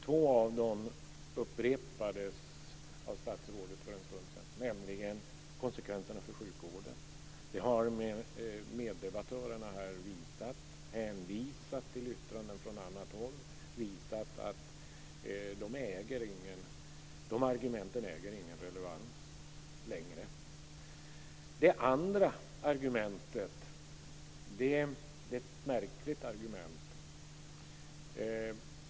Två av dem upprepades av statsrådet för en stund sedan. Det första är konsekvenserna för sjukvården. Jag har tillsammans med meddebattörerna här hänvisat till yttranden från annat håll och visat att de invändningarna inte äger någon relevans längre. Det andra är ett märkligt argument.